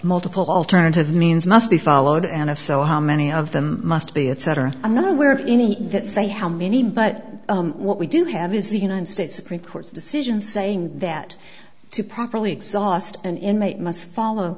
multiple alternative means must be followed and if so how many of them must be etc i'm not aware of any that say how many but what we do have is the united states supreme court's decision saying that to properly exhaust an inmate must follow